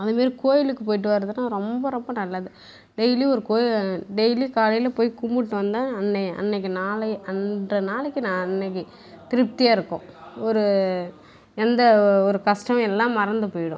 அது மாரி கோவிலுக்கு போயிட்டு வரதெல்லாம் ரொம்ப ரொம்ப நல்லது டெயிலியும் ஒரு கோவி டெயிலியும் காலையில் போய் கும்பிட்டு வந்தால் அன்றைய அன்றைக்கு நாளயை அன்றை நாளைக்கு நா அன்றைக்கு திருப்பிதியாயிருக்கும் ஒரு எந்த ஒரு கஷ்டம் எல்லாம் மறந்து போயிடும்